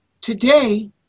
today